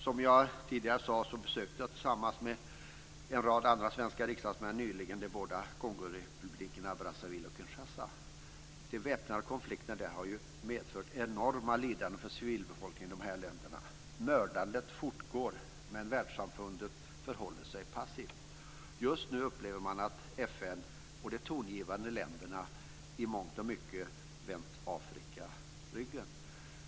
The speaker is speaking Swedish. Som jag tidigare sade besökte jag tillsammans med en rad andra svenska riksdagsmän nyligen de båda Kongorepublikerna Brazzaville och Kinshasa. De väpnade konflikterna har medfört enorma lidanden för civilbefolkningen i de här länderna. Mördandet fortgår, men världssamfundet förhåller sig passivt. Just nu upplever man att FN och de tongivande länderna i mångt och mycket har vänt Afrika ryggen.